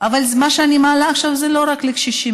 אבל מה שאני מעלה עכשיו מדובר לא רק על קשישים,